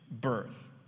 birth